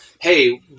Hey